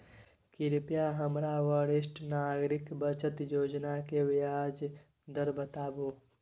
कृपया हमरा वरिष्ठ नागरिक बचत योजना के ब्याज दर बताबू